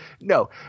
No